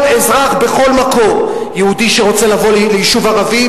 אזרח בכל מקום: יהודי שרוצה לבוא ליישוב ערבי,